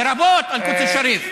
לרבות אל-קודס א-שריף,